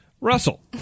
Russell